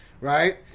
right